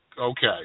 Okay